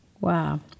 wow